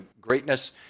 greatness